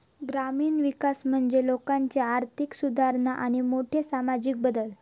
ग्रामीण विकास म्हणजे लोकांची आर्थिक सुधारणा आणि मोठे सामाजिक बदल